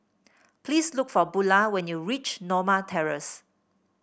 please look for Bula when you reach Norma Terrace